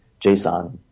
JSON